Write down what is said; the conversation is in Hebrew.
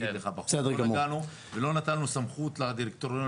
לא נתנו סמכות לדירקטוריון.